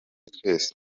twese